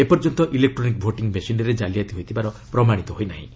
ଏ ପର୍ଯ୍ୟନ୍ତ electronic voting ମେସିନ୍ରେ କାଲିଆତି ହୋଇଥିବାର ପ୍ରମାଣିତ ହୋଇନାହିଁ